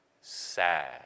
sad